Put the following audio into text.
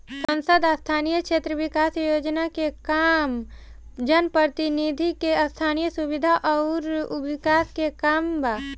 सांसद स्थानीय क्षेत्र विकास योजना के काम जनप्रतिनिधि के स्थनीय सुविधा अउर विकास के काम बा